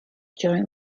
during